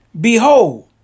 Behold